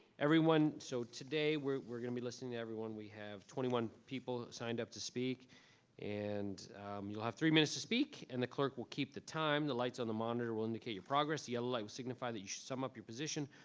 everyone so today we're we're gonna be listening to everyone we have twenty one people signed up to speak and you'll have three minutes to speak and the clerk will keep the time the lights on the monitor will indicate your progress yellow signify that you sum up your position.